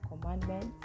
commandments